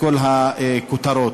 כמעט הרוג אחד כל יום.